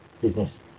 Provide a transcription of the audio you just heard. business